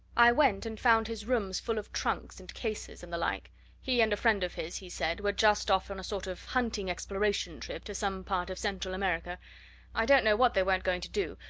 i went, and found his rooms full of trunks, and cases, and the like he and a friend of his, he said, were just off on a sort of hunting-exploration trip to some part of central america i don't know what they weren't going to do,